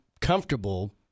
comfortable